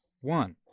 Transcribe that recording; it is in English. one